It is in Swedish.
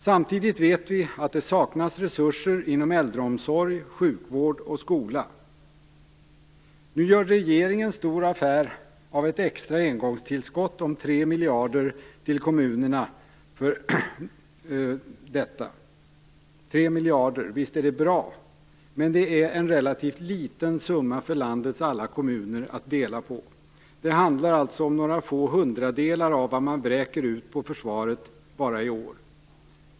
Samtidigt vet vi att det saknas resurser inom äldreomsorg, sjukvård och skola. Nu gör regeringen stor affär av ett extra engångstillskott om 3 miljarder till kommunerna för detta. Visst är det bra, men det är en relativt liten summa för landets alla kommuner att dela på. Det handlar om några få hundradelar av vad man vräker ut på försvaret bara i år.